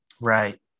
right